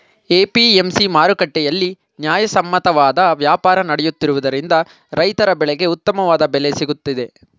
APMC ಮಾರುಕಟ್ಟೆಯಲ್ಲಿ ನ್ಯಾಯಸಮ್ಮತವಾದ ವ್ಯಾಪಾರ ನಡೆಯುತ್ತಿರುವುದರಿಂದ ರೈತರ ಬೆಳೆಗೆ ಉತ್ತಮವಾದ ಬೆಲೆ ಸಿಗುತ್ತಿದೆ